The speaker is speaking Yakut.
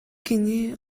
кини